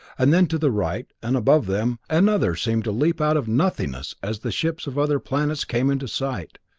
and then to the right, and above them, another seemed to leap out of nothingness as the ships of other planets came into sight.